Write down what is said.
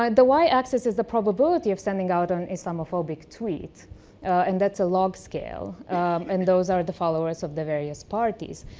um the right axis is the probability of sending out an islamophobic tweet and that's a log scale and those are the followers of the various forties.